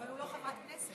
אבל הוא לא חברת כנסת.